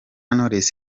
knowless